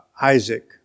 Isaac